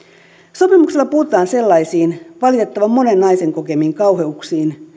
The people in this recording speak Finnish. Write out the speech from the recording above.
sopimuksella puututaan sellaisiin valitettavan monen naisen kokemiin kauheuksiin